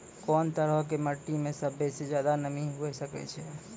कोन तरहो के मट्टी मे सभ्भे से ज्यादे नमी हुये सकै छै?